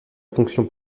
fonction